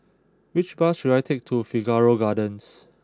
which bus should I take to Figaro Gardens